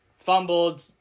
fumbled